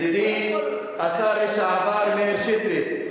ידידי השר לשעבר מאיר שטרית,